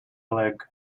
leg